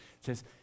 says